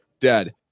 dead